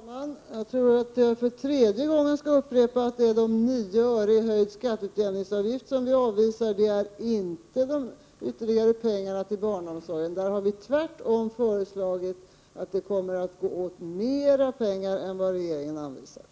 Herr talman! Jag tror att jag för tredje gången skall upprepa att det är de 9 öre i höjt skatteutjämningsavgift som vi avvisar. Det är inte de ytterligare pengarna till barnomsorgen. På den punkten har vi tvärtom hävdat att det kommer att gå åt mer pengar än vad regeringen anvisar.